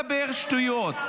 בשביל מה אתה מדבר שטויות?